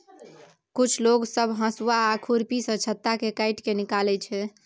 कुछ लोग सब हसुआ आ खुरपी सँ छत्ता केँ काटि केँ निकालै छै